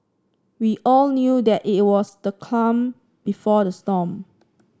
we all knew that it was the calm before the storm